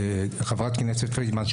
חברת הכנסת פרידמן,